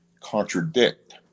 contradict